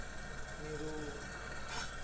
ᱢᱤᱨᱩ